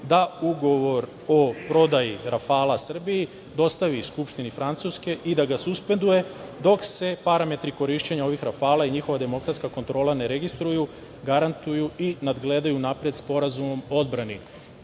da ugovor o prodaji "Rafala" Srbiji dostavi skupštini Francuske i da ga suspenduje dok se parametri korišćenja ovih "Rafala" i njihova demokratska kontrola ne registruju, garantuju i nadgledaju unapred Sporazumom o